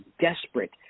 desperate